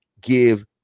give